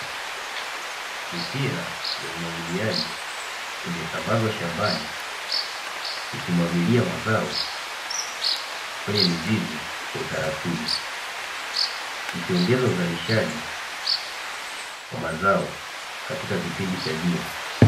Mipira ya umwagiliaji imesambazwa shambani ikimwagilia mazao kwenye mizizi kwa utaratibu, ikiongeza uzalishaji wa mazao katika kipindi cha jua.